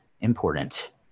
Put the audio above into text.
important